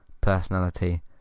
personality